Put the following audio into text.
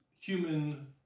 human